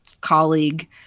colleague